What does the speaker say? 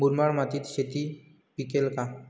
मुरमाड मातीत शेती पिकेल का?